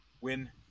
win